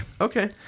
Okay